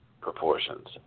proportions